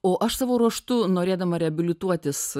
o aš savo ruožtu norėdama reabilituotis